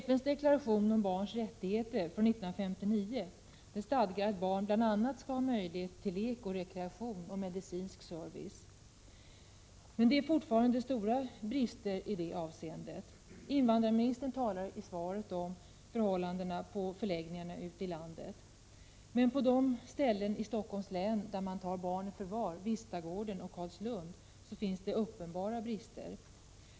FN:s deklaration om Barns Rättigheter från 1959 stadgar att barn bl.a. skall ha möjlighet till lek och rekreation och medicinsk service. Det finns fortfarande stora brister i det avseendet. Invandrarministern talar i svaret om förhållandena på förläggningarna ute ilandet. På de ställen i Stockholms län där man tar barn i förvar — Vistagården och Carlslund — finns det emellertid uppenbara brister.